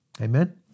Amen